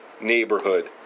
neighborhood